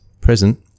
present